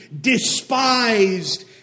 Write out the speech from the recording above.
despised